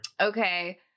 Okay